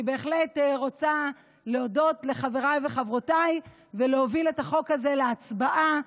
אני בהחלט רוצה להודות לחבריי וחברותיי ולהוביל את החוק הזה להצבעה.